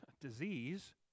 disease